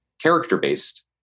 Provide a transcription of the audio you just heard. character-based